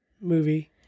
movie